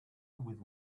with